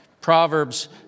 Proverbs